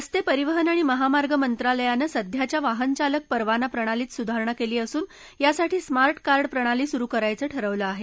रस्ते परिवहन आणि महामार्ग मंत्रालयानं सध्याच्या वाहनचालक परवाना प्रणालीत सुधारणा केली असून यासाठी स्मार्ट कार्ड प्रणाली सुरू करायचं ठरवलं आहे